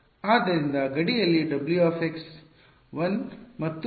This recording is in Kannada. ಆದ್ದರಿಂದ ಗಡಿಯಲ್ಲಿ W 1 ಮತ್ತು U ′ α × 1 ಆಗಿರುತ್ತದೆ